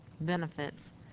benefits